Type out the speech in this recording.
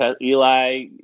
Eli